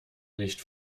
nicht